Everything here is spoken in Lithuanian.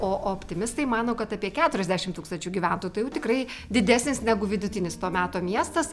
o optimistai mano kad apie keturiasdešimt tūkstančių gyventojų tai jau tikrai didesnis negu vidutinis to meto miestas